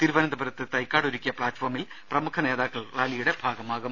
തിരുവനന്തപുരത്ത് തൈക്കാട് ഒരുക്കിയ പ്ലാറ്റ്ഫോമിൽ പ്രമുഖ നേതാക്കൾ റാലിയുടെ ഭാഗമാകും